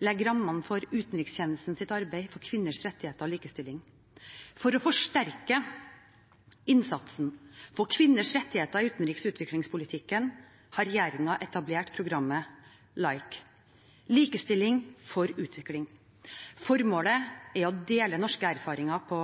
legger rammen for utenrikstjenestens arbeid for kvinners rettigheter og likestilling. For å forsterke innsatsen for kvinners rettigheter i utenriks- og utviklingspolitikken har regjeringen etablert programmet LIKE – likestilling for utvikling. Formålet er å dele norske erfaringer på